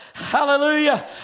Hallelujah